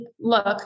look